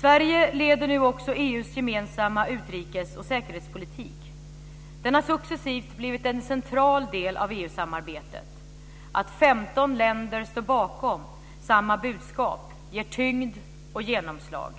Sverige leder nu också EU:s gemensamma utrikes och säkerhetspolitik. Denna har successivt blivit en central del av EU-samarbetet. Att 15 länder står bakom samma budskap ger tyngd och genomslag.